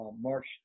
March